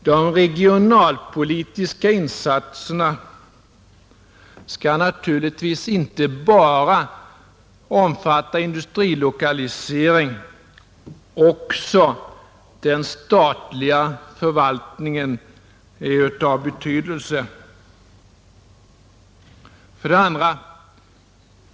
De regionalpolitiska insatserna skall naturligtvis inte bara omfatta industrilokalisering — också den statliga förvaltningen har här betydelse. 2.